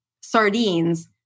sardines